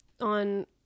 on